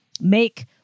make